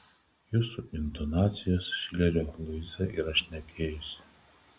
jūsų intonacijom šilerio luiza yra šnekėjusi